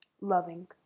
loving